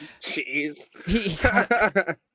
Jeez